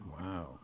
Wow